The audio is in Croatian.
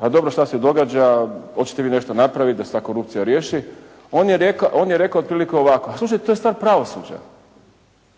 ma dobro što se događa, hoćete vi nešto napraviti da se ta korupcija riješi? On je rekao otprilike ovako slušajte, to je stvar pravosuđa.